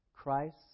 Christ